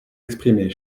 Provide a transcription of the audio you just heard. exprimer